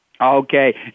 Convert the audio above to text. Okay